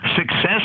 Success